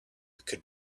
could